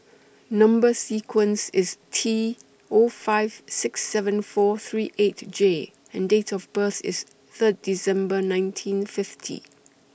Number sequence IS T Zero five six seven four three eight J and Date of birth IS Third December nineteen fifty